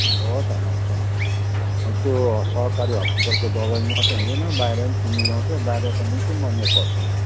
हो त अन्त आउँछ नि अब त्यो सरकारी हस्पिटलको दबाईले मात्रै हुँदैन बाहिर पनि किन्नु लगाउँछ बाहिर त निकै महँगो पर्छ नि अब